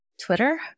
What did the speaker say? Twitter